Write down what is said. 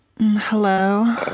Hello